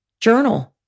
Journal